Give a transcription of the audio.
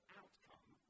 outcome